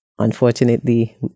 Unfortunately